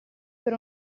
per